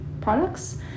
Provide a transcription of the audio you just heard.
products